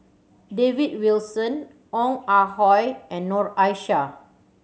David Wilson Ong Ah Hoi and Noor Aishah